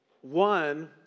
One